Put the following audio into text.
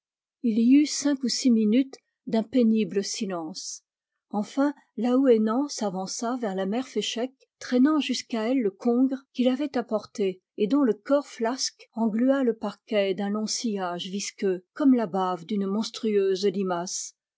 il y eut cinq ou six minutes d'un pénible silence enfin laouénan s'avança vers la mère féchec traînant jusqu'à elle le congre qu'il avait apporté et dont le corps flasque englua le parquet d'un long sillage visqueux comme la bave d'une monstrueuse limace